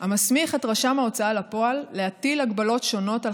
המסמיך את רשם ההוצאה לפועל להטיל הגבלות שונות על